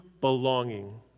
belonging